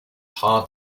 hard